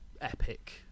epic